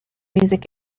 music